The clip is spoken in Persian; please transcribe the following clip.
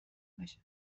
بشه